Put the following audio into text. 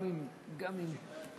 במדינה